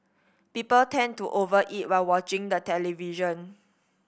people tend to over eat while watching the television